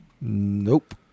nope